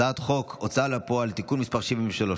הצעת חוק ההוצאה לפועל (תיקון מס' 73),